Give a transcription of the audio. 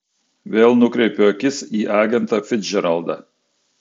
vėl nukreipiu akis į agentą ficdžeraldą